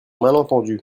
malentendu